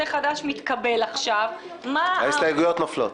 חדש מתקבל עכשיו --- ההסתייגויות נופלות.